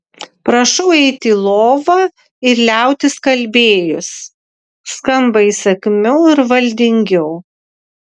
prašau eiti į lovą ir liautis kalbėjus skamba įsakmiau ir valdingiau